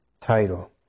title